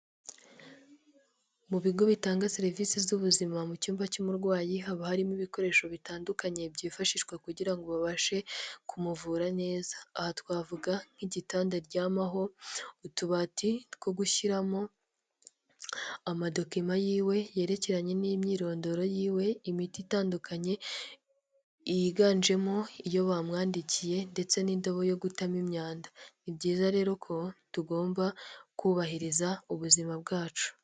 Mu bigo bitanga serivisi z'ubuzima mu cyumba cy'umurwayi haba harimo ibikoresho bitandukanye byifashishwa kugira ngo babashe kumuvura neza, aha twavuga nk'igitanda aryamaho utubati two gushyiramo amadokima yiwe yerekeranye n'i'imyirondoro yiwe imiti itandukanye yiganjemo iyo bamwandikiye ndetse n'indobo yo gutamo imyanda, ni byiza rero ko tugomba kubahiriza ubuzima bwacu.